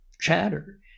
chatter